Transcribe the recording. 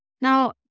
Now